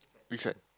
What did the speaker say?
which one